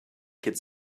could